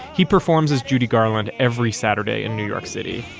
he performs as judy garland every saturday in new york city